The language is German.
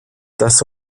das